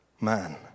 man